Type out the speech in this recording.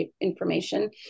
information